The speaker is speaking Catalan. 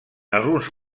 alguns